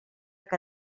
que